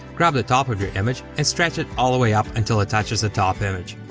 grab the top of your image, and stretch it all the way up until it touches the top image.